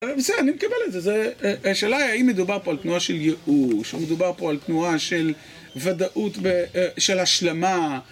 בסדר, אני מקבל את זה, השאלה היא האם מדובר פה על תנועה של ייאוש או מדובר פה על תנועה של ודאות של השלמה